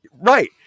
Right